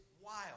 wild